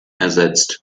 ersetzt